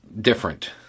different